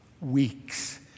weeks